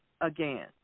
again